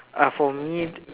uh for me